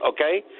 okay